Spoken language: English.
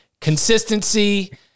consistency